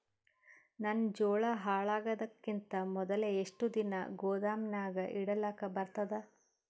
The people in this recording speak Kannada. ನನ್ನ ಜೋಳಾ ಹಾಳಾಗದಕ್ಕಿಂತ ಮೊದಲೇ ಎಷ್ಟು ದಿನ ಗೊದಾಮನ್ಯಾಗ ಇಡಲಕ ಬರ್ತಾದ?